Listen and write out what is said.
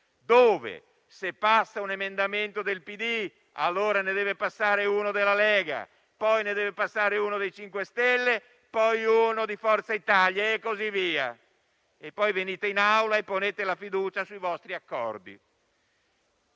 dirlo! Se passa un emendamento del PD, allora ne deve passare uno della Lega, poi ne deve passare uno dei 5 Stelle, poi uno di Forza Italia e così via; alla fine venite in Aula e ponete la fiducia sui vostri accordi.